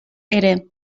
ere